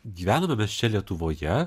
gyvename mes čia lietuvoje